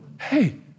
hey